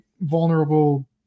vulnerable